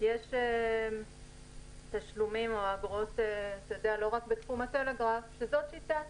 יש תשלומים לא רק בתחום הטלגרף שזו שיטת